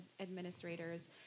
administrators